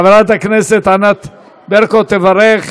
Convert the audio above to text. חברת הכנסת ענת ברקו תברך